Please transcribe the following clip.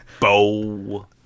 Bow